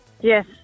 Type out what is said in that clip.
Yes